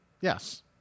yes